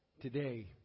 Today